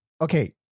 Okay